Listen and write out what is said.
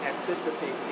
anticipate